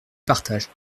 partage